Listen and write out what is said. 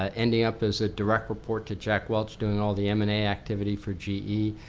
ah ending up as a direct report to jack welch doing all the m and a activity for ge.